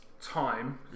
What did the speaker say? time